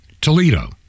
Toledo